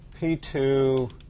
p2